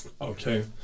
Okay